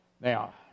Now